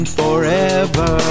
forever